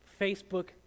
Facebook